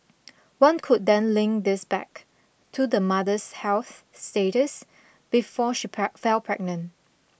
one could then link this back to the mother's health status before she pell fell pregnant